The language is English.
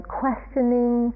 questioning